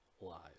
lies